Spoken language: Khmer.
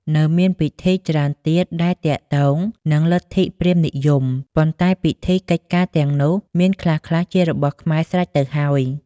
នៅមានពិធីច្រើនទៀត ដែលទាក់ទងនឹងលទ្ធិព្រាហ្មណ៍និយម ប៉ុន្តែពិធីកិច្ចការទាំងនោះ មានខ្លះៗជារបស់ខ្មែរស្រេចទៅហើយ។